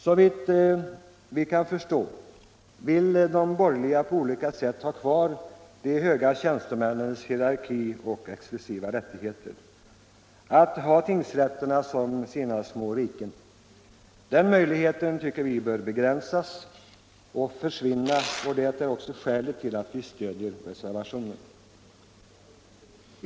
Såvitt vi kan förstå vill de borgerliga på olika sätt ha kvar de höga tjänstemännens hierarki och exklusiva rättigheter, med tingsrätterna som egna små riken. Den möjligheten bör begränsas och försvinna, och det är också skälet till att vi stödjer reservationerna.